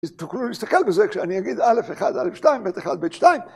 ‫תוכלו להסתכל בזה כשאני אגיד ‫א'-1, א'-2, ב'-1, ב'-2.